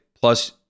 plus